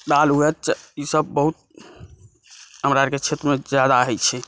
दालि हुए ई सभ बहुत हमरा आरके क्षेत्रमे आर जादा होइ छै